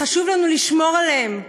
וחשוב לנו לשמור עליהם.